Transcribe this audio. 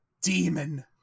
demon